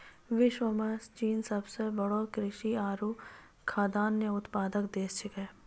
विश्व म चीन सबसें बड़ो कृषि आरु खाद्यान्न उत्पादक देश छिकै